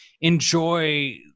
enjoy